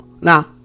Now